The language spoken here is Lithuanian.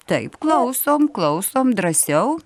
taip klausom klausom drąsiau